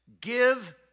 Give